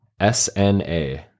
SNA